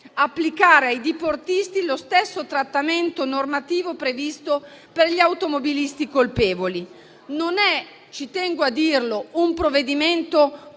applicare ai diportisti lo stesso trattamento normativo previsto per gli automobilisti colpevoli. Non è - ci tengo a dirlo - un provvedimento